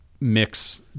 mix